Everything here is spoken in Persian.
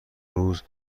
روز